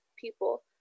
people